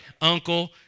uncle